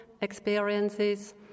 experiences